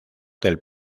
del